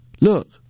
look